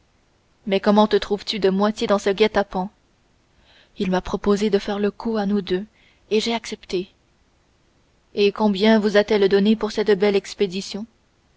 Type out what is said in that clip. mais comment te trouves-tu de moitié dans ce guet-apens il m'a proposé de faire le coup à nous deux et j'ai accepté et combien vous a-t-elle donné pour cette belle expédition